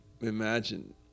imagine